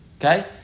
Okay